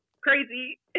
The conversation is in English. crazy